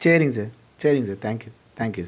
சரிங்க சார் சரிங்க sir thank you thank you sir